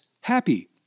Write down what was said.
Happy